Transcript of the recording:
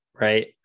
right